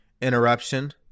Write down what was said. interruption